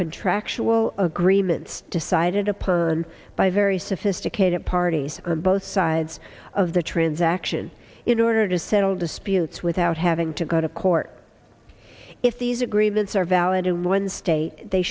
contractual agreements decided upon by very sophisticated parties on both sides of the transaction in order to settle disputes without having to go to court if these agreements are valid in one state they